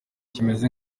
kimeze